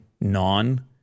non